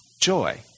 joy